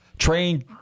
Trained